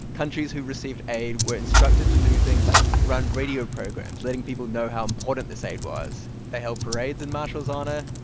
countries who received aid were instructed to do things like run radio programs letting people know how important this aid was. they held parades in marshall's honor.